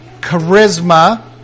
charisma